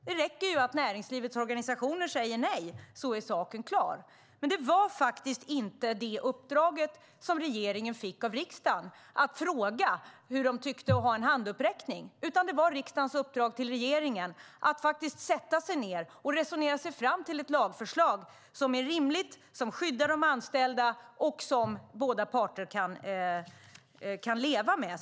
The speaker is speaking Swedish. Det räcker att näringslivets organisationer säger nej så är saken klar. Det var inte det uppdraget som regeringen fick av riksdagen, att fråga vad de tyckte och ha en handuppräckning. Riksdagens uppdrag till regeringen var att sätta sig ned och resonera sig fram till ett lagförslag som är rimligt, som skyddar de anställda och som båda parter kan leva med.